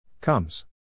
Comes